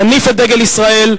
נניף את דגל ישראל.